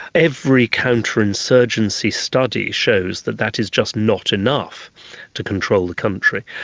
every counterinsurgency study shows that that is just not enough to control the country.